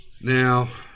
Now